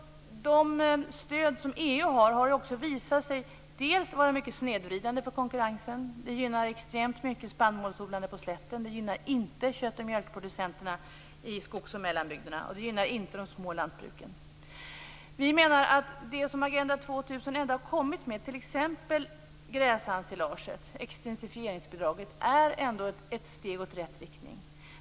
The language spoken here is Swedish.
De stöd som EU ger har också visat sig vara mycket snedvridande för konkurrensen. De gynnar extremt mycket spannmålsodlande på slätten och gynnar inte kött och mjölkproducenterna i skogsoch mellanbygderna och inte de små lantbruken. Vi menar att det som Agenda 2000 har kommit med, t.ex. gräsensilaget, extensifieringsbidraget, ändå är ett steg i rätt riktning.